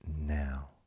now